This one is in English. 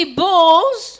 bulls